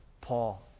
Paul